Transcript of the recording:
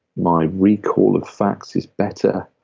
my recall of facts is better.